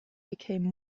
became